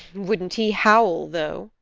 wouldn't he howl, though!